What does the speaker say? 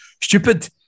stupid